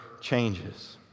changes